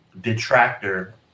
detractor